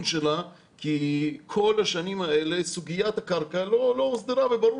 שלה - כי כל השנים האלה סוגיית הקרקע לא הוסדרה וברור